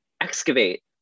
excavate